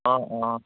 অঁ অঁ